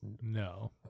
No